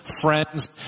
friends